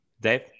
Dave